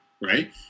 right